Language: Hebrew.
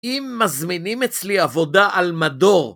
אם מזמינים אצלי עבודה על מדור